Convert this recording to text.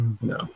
No